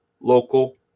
local